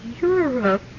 Europe